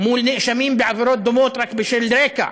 לנאשמים בעבירות דומות רק משום רקע,